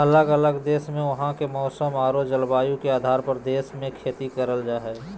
अलग अलग देश मे वहां के मौसम आरो जलवायु के आधार पर देश मे खेती करल जा हय